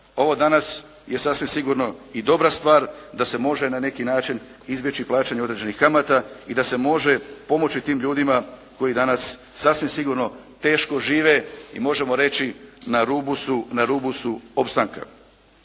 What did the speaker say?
Ovo danas je sasvim sigurno i bolja stvar da se može na neki način izbjeći plaćanje određenih kamata i da se može pomoći tim ljudima koji danas sasvim sigurno teško žive i možemo reći, na rubu su opstanaka.